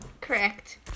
Correct